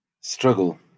struggle